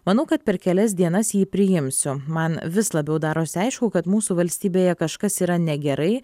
manau kad per kelias dienas jį priimsiu man vis labiau darosi aišku kad mūsų valstybėje kažkas yra negerai